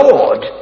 Lord